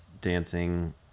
dancing